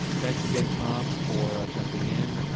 thanks again tom, for jumping in.